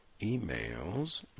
emails